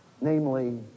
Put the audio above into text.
namely